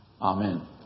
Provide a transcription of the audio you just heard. Amen